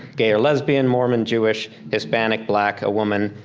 gay or lesbian, mormon, jewish, hispanic, black, a woman,